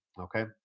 okay